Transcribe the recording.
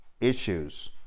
issues